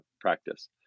practice